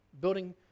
building